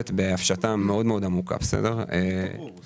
הזה היה נסגר בסופו של דבר בהסכם שבו אנחנו